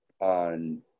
on